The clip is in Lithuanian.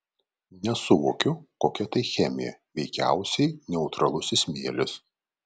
nesuvokiu kokia tai chemija veikiausiai neutralusis smėlis